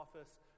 office